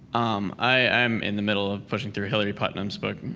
um, i am in the middle of pushing through hilary putnam's book,